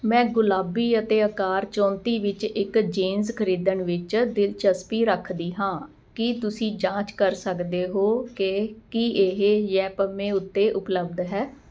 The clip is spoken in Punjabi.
ਮੈਂ ਗੁਲਾਬੀ ਅਤੇ ਅਕਾਰ ਚੌਂਤੀ ਵਿੱਚ ਇੱਕ ਜੀਨਸ ਖਰੀਦਣ ਵਿੱਚ ਦਿਲਚਸਪੀ ਰੱਖਦੀ ਹਾਂ ਕੀ ਤੁਸੀਂ ਜਾਂਚ ਕਰ ਸਕਦੇ ਹੋ ਕਿ ਕੀ ਇਹ ਯੈਪਮੇ ਉੱਤੇ ਉਪਲਬਧ ਹੈ